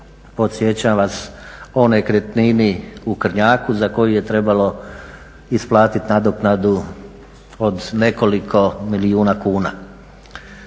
podsjećam vas o nekretnini u Krnjaku za koju je trebalo isplatiti nadoknadu od nekoliko milijuna kuna.